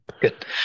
Good